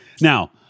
Now